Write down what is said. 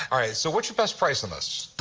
all right. so what's your best price on this?